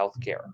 healthcare